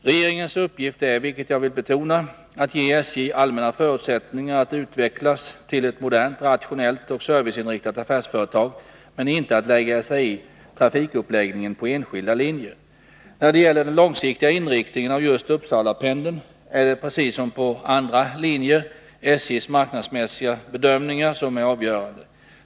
Regeringens uppgift är, vilket jag vill betona, att ge SJ allmänna förutsättningar att utvecklas till ett modernt, rationellt och serviceinriktat affärsföretag, men inte till att lägga sig i trafikuppläggningen på enskilda linjer. När det gäller den långsiktiga inriktningen av just Uppsalapendeln är det, precis som på andra linjer, SJ:s marknadsmässiga bedömningar som är avgörande.